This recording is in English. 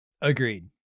Agreed